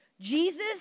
Jesus